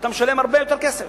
אתה משלם הרבה יותר כסף.